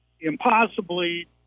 impossibly